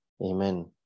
Amen